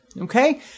Okay